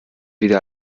wieder